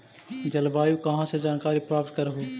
जलवायु कहा से जानकारी प्राप्त करहू?